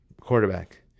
Quarterback